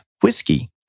whiskey